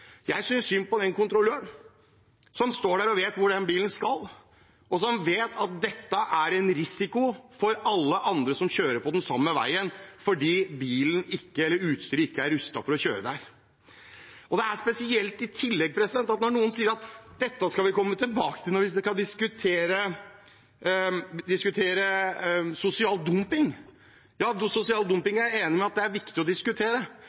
Jeg synes synd på den kontrolløren som står der og vet hvor den bilen skal, og som vet at det er en risiko for alle andre som kjører på den samme veien, fordi bilen eller utstyret ikke er rustet for å kjøre der. Det er i tillegg spesielt når noen sier at vi skal komme tilbake til dette når vi skal diskutere sosial dumping. Jeg er enig i at det er viktig å diskutere